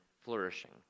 flourishing